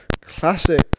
Classic